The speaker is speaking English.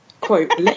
Quote